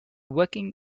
working